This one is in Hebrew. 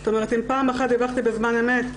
זאת אומרת, אם פעם אחת דיווחתי בזמן אמת,